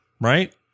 Right